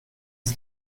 sie